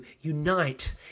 unite